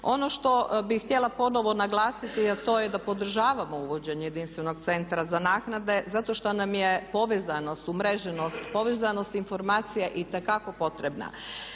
Ono što bih htjela ponovno naglasiti a to je da podržavamo uvođenje jedinstvenog centra za naknade zato što nam je povezanost umreženost, povezanost informacija itekako potrebna.